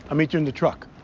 meet you in the truck.